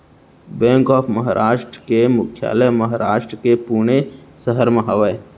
bank of Maharashtra के मुख्यालय महारास्ट के पुने सहर म हवय